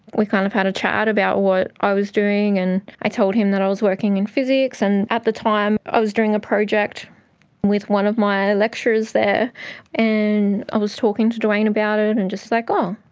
we kind of had a chat about what i was doing and i told him that i was working in physics. and at the time i was doing a project with one of my lecturers there and i was talking to duane about it and and just like, oh,